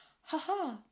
haha